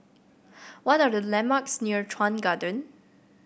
what are the landmarks near Chuan Garden